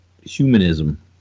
humanism